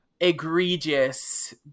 egregious